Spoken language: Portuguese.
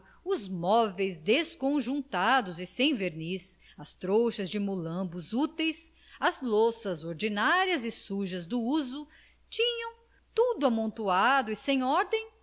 os móveis desconjuntados e sem verniz as trouxas de molambos úteis as louças ordinárias e sujas do uso tinham tudo amontoado e sem ordem